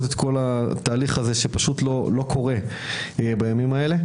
את כל התהליך שלא קורה בימים אלה,